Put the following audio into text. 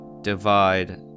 divide